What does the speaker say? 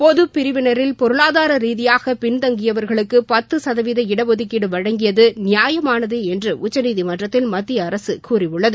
பொது பிரிவினரில் பொருளாதார ரீதியாக பின்தங்கியவர்களுக்கு பத்து சதவீத இடஒதுக்கீடு வழங்கியது நியாயமானதே என்று உச்சநீதிமன்றத்தில் மத்திய அரசு கூறியுள்ளது